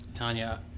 Tanya